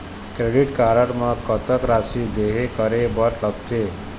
Credit card म कतक राशि देहे करे बर लगथे?